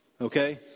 okay